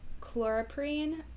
chloroprene